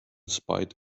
spite